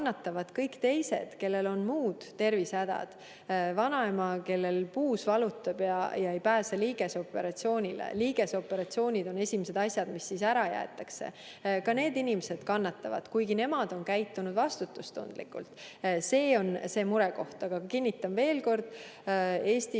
kannatavad kõik teised, kellel on muud tervisehädad. Vanaema, kellel puus valutab, ei pääse liigeseoperatsioonile. Liigeseoperatsioonid on esimesed asjad, mis ära jäetakse. Ka need inimesed kannatavad, kuigi nemad on käitunud vastutustundlikult. See on see murekoht. Aga kinnitan veel kord: Eestis